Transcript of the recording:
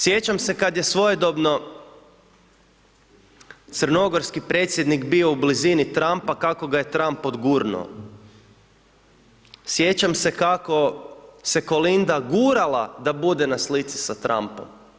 Sjećam se kada je svojedobno crnogorski predsjednik bio u blizini Trumpa kako ga je Trump odgurnuo, sjećam se kako se Kolinda gurala da bude na slici s Trumpom.